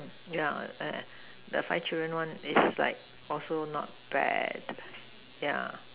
yeah the five children one is like also not bad yeah